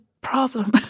problem